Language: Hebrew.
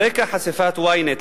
על רקע חשיפת Ynet,